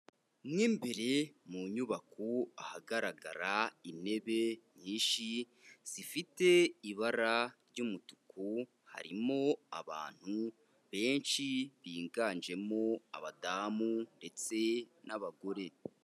Mu imbere mu nyubako ahagaragara intebe nyinshi, zifite ibara ry'umutuku harimo abantu benshi biganjemo abadamu ndetse n'abagore.